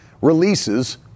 releases